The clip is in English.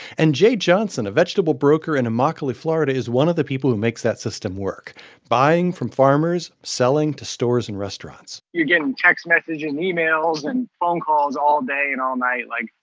and jay johnson, a vegetable broker in immokalee, fla, is one of the people who makes that system work buying from farmers, selling to stores and restaurants you're getting text messaging, emails and phone calls all day and all night. like,